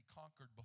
conquered